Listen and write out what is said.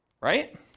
right